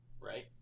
right